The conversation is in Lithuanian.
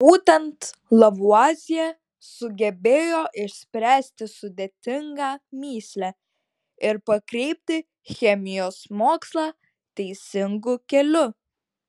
būtent lavuazjė sugebėjo išspręsti sudėtingą mįslę ir pakreipti chemijos mokslą teisingu keliu